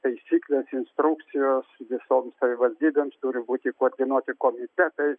taisyklės instrukcijos visoms savivaldybėms turi būti koordinuoti komitetai